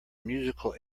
musical